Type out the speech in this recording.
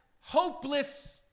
hopeless